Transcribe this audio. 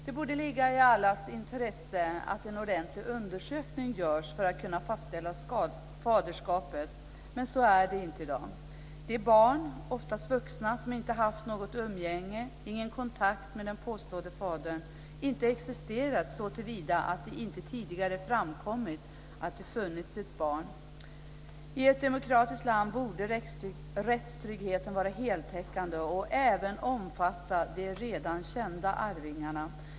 Det borde ligga i allas intresse att en ordentlig undersökning görs för att kunna fastställa faderskapet, men så är det inte i dag. De barn, oftast vuxna, som inte haft något umgänge och ingen kontakt med den påstådde fadern, som inte existerat såtillvida att det inte tidigare framkommit att det funnits barn. I ett demokratiskt land borde rättstryggheten vara heltäckande och även omfatta de redan kända arvingarna.